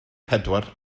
pedwar